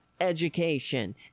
education